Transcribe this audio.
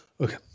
Okay